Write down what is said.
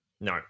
no